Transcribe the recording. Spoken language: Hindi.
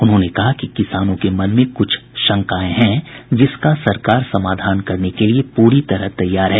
उन्होंने कहा कि किसानों के मन में कुछ शंकाएं हैं जिसका सरकार समाधान करने के लिए पूरी तरह तैयार है